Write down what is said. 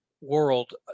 world